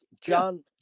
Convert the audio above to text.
John